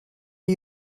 are